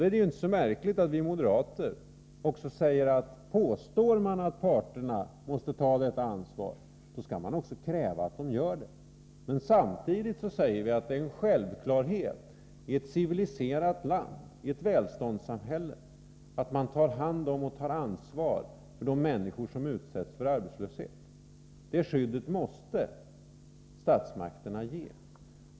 Då är det ju inte så märkligt att vi moderater också säger att om man påstår att parterna måste ta detta ansvar, då skall man också kräva att de gör det. Men samtidigt säger vi att det är en självklarhet i ett civiliserat land, i ett välståndssamhälle, att man tar hand om och tar ansvar för de människor som utsätts för arbetslöshet. Det skyddet måste statsmakterna ge.